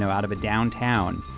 ah out of downtown.